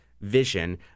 vision